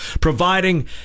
providing